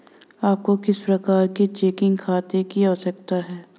आपको किस प्रकार के चेकिंग खाते की आवश्यकता है?